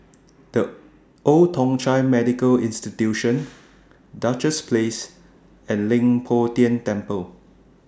The Old Thong Chai Medical Institution Duchess Place and Leng Poh Tian Temple